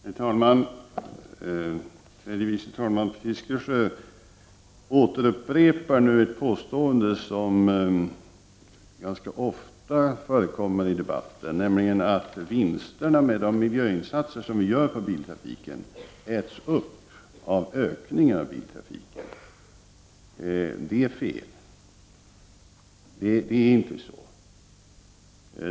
Herr talman! Tredje vice talman Fiskesjö återupprepar nu ett påstående som ganska ofta förekommer i debatten, nämligen att vinsterna av de miljöinsatser som vi gör på biltrafiken äts upp av ökningen av denna. Det är inte så.